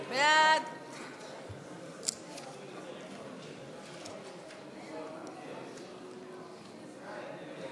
(175) של קבוצת סיעת יש עתיד,